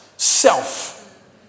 Self